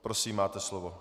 Prosím, máte slovo.